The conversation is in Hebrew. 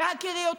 בהכירי אותך,